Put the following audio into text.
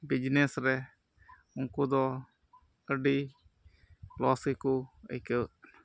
business ᱨᱮ ᱩᱱᱠᱩ ᱫᱚ ᱟᱹᱰᱤ ᱞᱚᱥ ᱜᱮᱠᱚ ᱟᱹᱭᱠᱟᱹᱜ ᱮᱫ ᱠᱟᱱᱟ